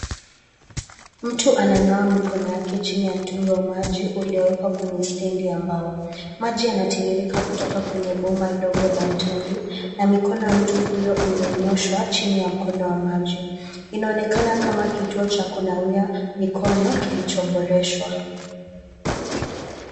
Mtu ananawa mikono yake chini ya mtungi wa maji uliyowekwa kwenye stendi ya mbao. Maji yanatiririka kutoka kwenye bomba dogo la mtungi na mikono ya mtu huyo imenyoshwa chini ya mkondo wa maji. Inaonekana kama kituo cha kunawia mikono kilichoboreshwa.